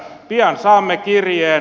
pian saamme kirjeen